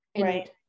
right